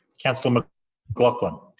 councillor ah mclachlan